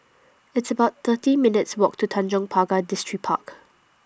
It's about thirty minutes' Walk to Tanjong Pagar Distripark